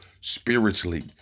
spiritually